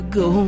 go